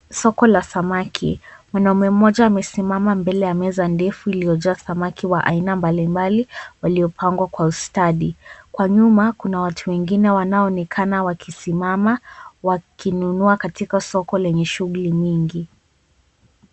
Soko la samaki. Mwanaume mmoja amesimama mbele ya meza ndefu iliojaa samaki wa aina mbalimbali waliopangwa kwa ustadi. Kwa nyuma, kuna watu wengine wanaoonekana wakisimama wakinunua katika soko lenye shughuli nyingi.